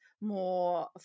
more